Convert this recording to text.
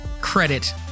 credit